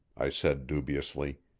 i said dubiously.